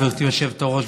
גברתי היושבת-ראש,